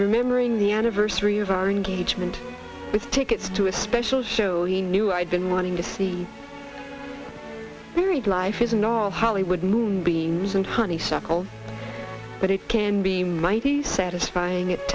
remembering the anniversary of our engagement with tickets to a special show he knew i'd been wanting to see married life isn't all hollywood moonbeams and honeysuckle but it can be mighty satisfying at